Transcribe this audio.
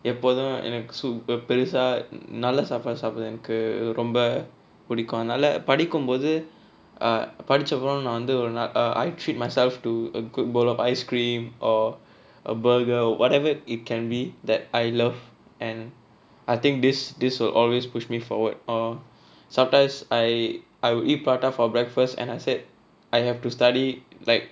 எப்போதும் எனக்கு பெருசா நல்லா சாப்பாடு சாப்பட எனக்கு ரொம்ப புடிக்கும் அதுனால படிக்கும்போது படிச்ச அப்புறம் நா வந்து ஒரு:eppothum enakku perusaa nallaa saappaadu saappada enakku romba pudikkum athunaala padikkumpothu padicha appuram naa vanthu oru I treat myself to a good bowl of ice cream or a burger whatever it can be that I love and I think this this will always pushed me forward or sometimes I I will eat prata for breakfast and I said I have to study like